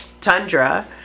tundra